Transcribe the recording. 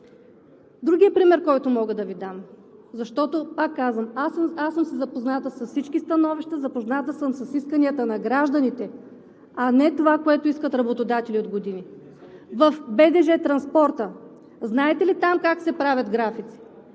Другия пример, който мога да Ви дам, защото съм запозната с всички становища, запозната съм с исканията на гражданите, а не това, което искат работодателите от години. В БДЖ транспорта знаете ли как се правят графиците?